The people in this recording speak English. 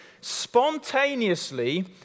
spontaneously